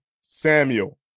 Samuel